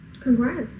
Congrats